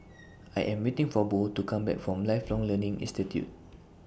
I Am waiting For Bo to Come Back from Lifelong Learning Institute